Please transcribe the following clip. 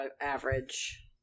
average